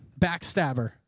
backstabber